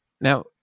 Now